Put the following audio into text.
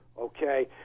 okay